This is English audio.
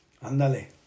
ándale